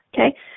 okay